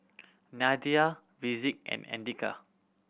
Nadia Rizqi and Andika